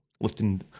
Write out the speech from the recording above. lifting